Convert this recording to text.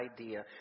idea